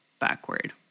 backward